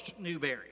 Newberry